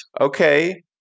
Okay